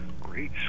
great